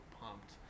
pumped